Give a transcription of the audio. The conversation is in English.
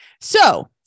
So-